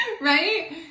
right